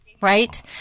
Right